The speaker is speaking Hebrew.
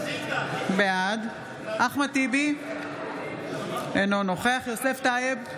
בעד אחמד טיבי, אינו נוכח יוסף טייב,